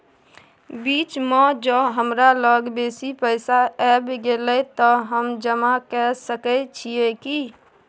बीच म ज हमरा लग बेसी पैसा ऐब गेले त हम जमा के सके छिए की?